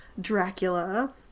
Dracula